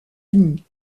unis